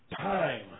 time